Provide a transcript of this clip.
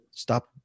stop